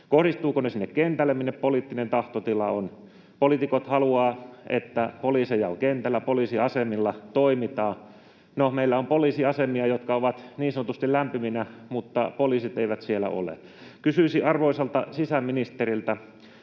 Kohdistuvatko ne sinne kentälle, minne poliittinen tahtotila on? Poliitikot haluavat, että poliiseja on kentällä, poliisiasemilla toimitaan. No, meillä on poliisiasemia, jotka ovat niin sanotusti lämpiminä, mutta poliisit eivät siellä ole. Kysyisin arvoisalta sisäministeriltä: